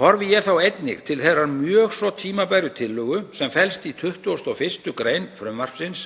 Horfi ég þá einnig til þeirrar mjög svo tímabæru tillögu sem felst í 21. gr. frumvarpsins,